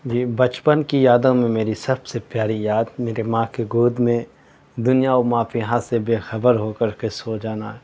جی بچپن کی یادوں میں میری سب سے پیاری یاد میرے ماں کے گود میں دنیا و ما فیہا سے بے خبر ہو کر کے سو جانا